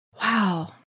Wow